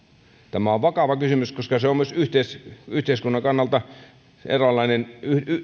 tämä on vakava kysymys koska se on myös yhteiskunnan kannalta